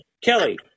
Kelly